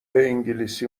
انگلیسی